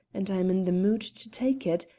and i'm in the mood to take it,